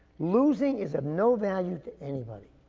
losing is of no value to anybody.